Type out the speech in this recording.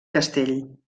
castell